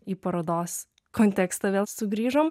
į parodos kontekstą vėl sugrįžom